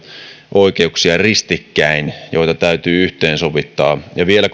oikeuksia ristikkäin joita täytyy yhteensovittaa vielä